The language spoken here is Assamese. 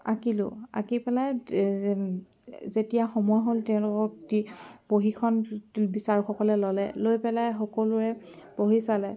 আঁকিলো আঁকি পেলাই যেতিয়া সময় হ'ল তেওঁলোকক কি বহিখন বিচাৰকসকলে ল'লে লৈ পেলাই সকলোৰে বহি চালে